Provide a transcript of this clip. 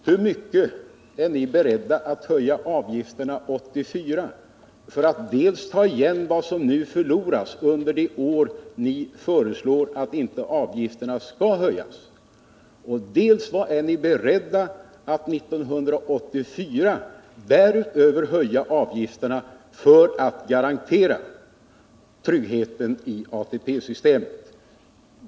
Hur mycket är ni beredda att höja avgifterna 1984 för att dels ta igen vad som förlorats under de år som ni föreslår att avgifterna inte skall höjas, dels därutöver höja avgifterna för att garantera tryggheten i ATP-systemet?